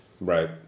Right